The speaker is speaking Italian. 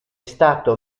stato